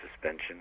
suspension